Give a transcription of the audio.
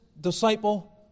disciple